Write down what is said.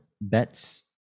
bets